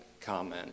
comment